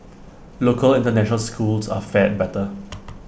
local International schools are fared better